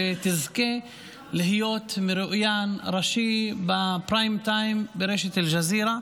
ותזכה להיות מרואיין ראשי בפריים-טיים ברשת אל-ג'זירה.